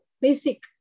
basic